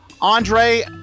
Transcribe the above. Andre